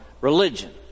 religion